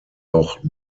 auch